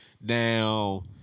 now